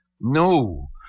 No